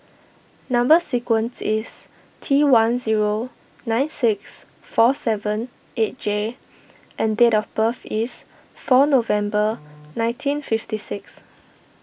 Number Sequence is T one zero nine six four seven eight J and date of birth is four November nineteen fifty six